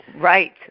right